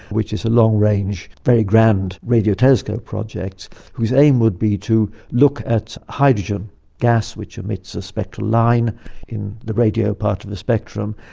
which is a long-range very grand radio telescope project whose aim would be to look at hydrogen gas which emits a spectral line in the radio part of the spectrum,